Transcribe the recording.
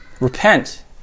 Repent